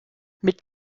mit